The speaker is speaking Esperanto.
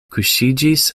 kuŝiĝis